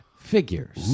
figures